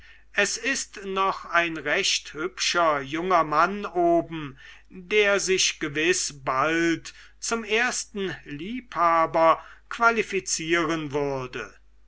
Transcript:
es ist noch ein recht hübscher junger mann oben der sich gewiß bald zum ersten liebhaber qualifizieren würde